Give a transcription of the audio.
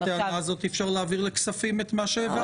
על פי הטענה הזאת אי-אפשר להעביר לכספים את מה שהעברתם.